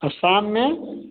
और शाम में